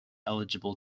eligible